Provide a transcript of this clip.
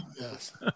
Yes